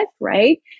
right